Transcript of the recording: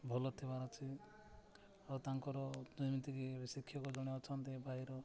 ଭଲ ଥିବାର ଅଛି ଆଉ ତାଙ୍କର ଯେମିତିକି ଶିକ୍ଷକ ଜଣେ ଅଛନ୍ତି ଭାଇର